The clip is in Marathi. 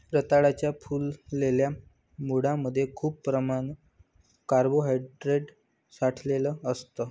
रताळ्याच्या फुगलेल्या मुळांमध्ये खूप प्रमाणात कार्बोहायड्रेट साठलेलं असतं